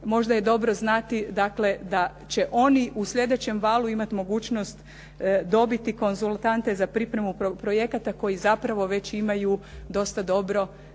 možda je dobro znati dakle da će oni u sljedećem valu imati mogućnost dobiti konzultante za pripremu projekata koji zapravo već imaju dosta dobro